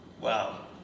Wow